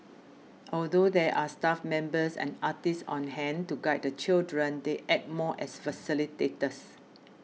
although there are staff members and artists on hand to guide the children they act more as facilitators